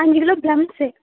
அஞ்சு kilo plums